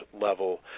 level